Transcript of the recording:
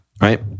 right